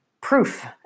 proof